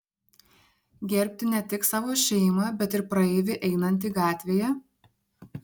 gerbti ne tik savo šeimą bet ir praeivį einantį gatvėje